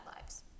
lives